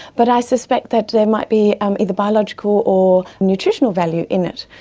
but i suspect that there might be um either biological or nutritional value in it,